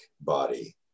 body